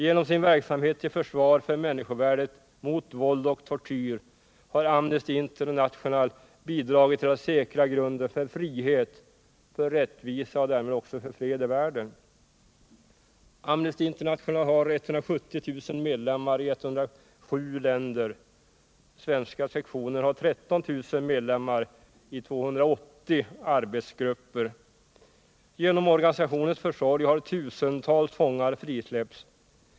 Genom sin verksamhet till försvar för människovärdet mot våld och tortyr har Amnesty International bidragit till att säkra grunden för frihet, för rättvisa och därmed också för fred i världen.” Amnesty International har 170 000 medlemmar i 107 länder. Svenska sektionen har 13 000 medlemmar i 280 arbetsgrupper. Genom organisationens försorg har tusentals fångar frisläppts.